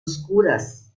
oscuras